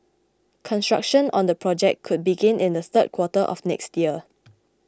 construction on the project could begin in the third quarter of next year